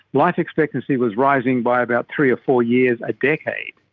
life expectancy was rising by about three or four years a decade.